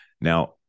Now